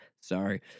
Sorry